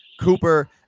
Cooper